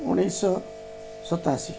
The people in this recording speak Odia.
ଉଣେଇଶିଶହ ସତାଅଶୀ